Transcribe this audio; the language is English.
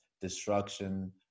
destruction